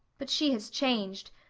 but she has changed.